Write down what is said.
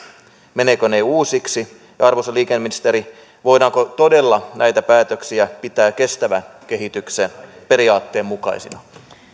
menevätkö ne uusiksi ja arvoisa liikenneministeri voidaanko todella näitä päätöksiä pitää kestävän kehityksen periaatteen mukaisina